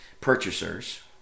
purchasers